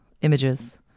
images